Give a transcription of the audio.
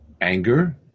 anger